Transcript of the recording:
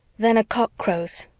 then a cock crows.